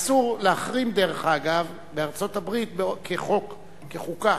אסור להחרים, דרך אגב, בארצות-הברית, כחוק, כחוקה,